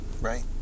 Right